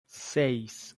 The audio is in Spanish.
seis